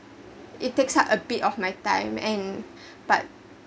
it takes up a bit of my time and but